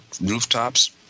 rooftops